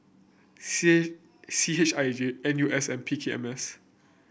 C C H I J N U S and P K M S